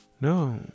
no